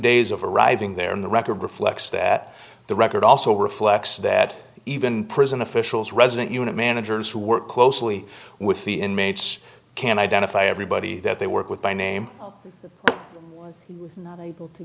days of arriving there in the record reflects that the record also reflects that even prison officials resident unit managers who work closely with the inmates can identify everybody that they work with by name not able to